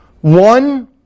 One